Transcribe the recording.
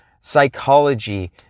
psychology